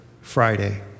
Friday